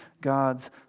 God's